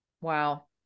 wow